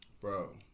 Bro